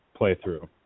playthrough